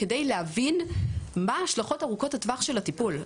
כדי להבין מה הן ההשלכות ארוכות הטווח של הטיפול.